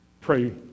pray